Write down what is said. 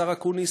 השר הזה,